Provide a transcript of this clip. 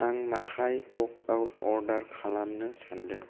आं माखाए take out order खालामनो सानदों